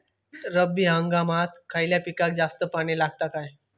रब्बी हंगामात खयल्या पिकाक जास्त पाणी लागता काय?